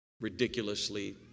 ridiculously